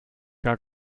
gar